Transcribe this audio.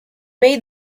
made